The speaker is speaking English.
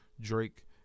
Drake